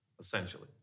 essentially